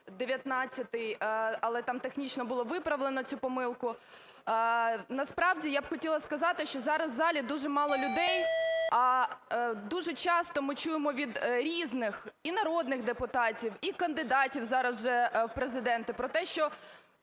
2019-й, але там технічно було виправлено цю помилку. Насправді я б хотіла сказали, що зараз в залі дуже мало людей, а дуже часто ми чуємо від різних і народних депутатів, і кандидатів зараз вже в Президенти про те, що